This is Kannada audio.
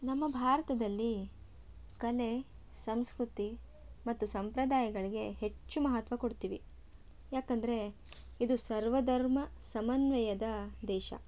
ನಮ್ಮ ಭಾರತದಲ್ಲಿ ಕಲೆ ಸಂಸ್ಕೃತಿ ಮತ್ತು ಸಂಪ್ರದಾಯಗಳಿಗೆ ಹೆಚ್ಚು ಮಹತ್ವ ಕೊಡ್ತಿವಿ ಯಾಕಂದರೆ ಇದು ಸರ್ವಧರ್ಮ ಸಮನ್ವಯದ ದೇಶ